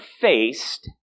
faced